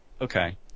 Okay